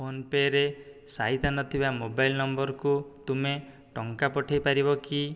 ଫୋନ୍ପେରେ ସାଇତା ନଥିବା ମୋବାଇଲ୍ ନମ୍ବର୍କୁ ତୁମେ ଟଙ୍କା ପଠେଇ ପାରିବ କି